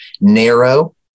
narrow